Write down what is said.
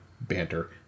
banter